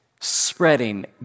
spreading